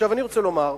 אני רוצה לומר: